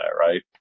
right